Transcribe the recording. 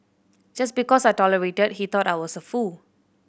just because I tolerated he thought I was a fool